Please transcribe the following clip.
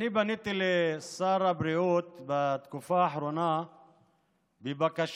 אני פניתי לשר הבריאות בתקופה האחרונה בבקשה